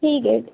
ठीक आहे